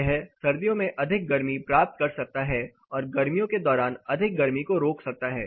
यह सर्दियों में अधिक गर्मी प्राप्त कर सकता है और गर्मियों के दौरान अधिक गर्मी को रोक सकता है